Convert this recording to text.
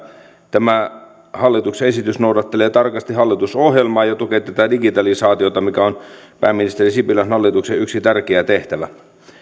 tämä hallituksen esitys noudattelee tarkasti hallitusohjelmaa ja tukee digitalisaatiota mikä on pääministeri sipilän hallituksen yksi tärkeä tehtävä